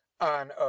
on